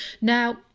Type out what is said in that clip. now